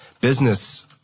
business